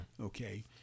Okay